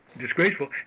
Disgraceful